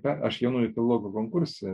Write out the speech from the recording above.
aš jaunųjų filologų konkurse